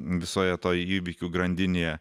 visoje toj įvykių grandinėje